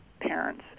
parents